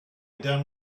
done